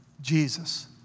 Jesus